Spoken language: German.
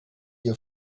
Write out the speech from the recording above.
ihr